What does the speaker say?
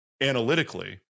analytically